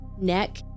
neck